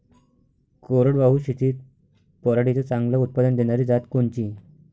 कोरडवाहू शेतीत पराटीचं चांगलं उत्पादन देनारी जात कोनची?